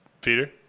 Peter